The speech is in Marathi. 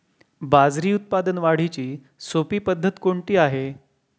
बाजरी उत्पादन वाढीची सोपी पद्धत कोणती आहे?